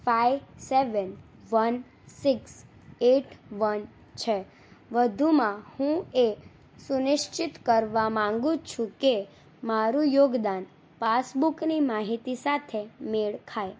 five seven one six eight one છે વધુમાં હું એ સુનિશ્ચિત કરવા માગું છું કે મારું યોગદાન પાસબુકની માહિતી સાથે મેળ ખાય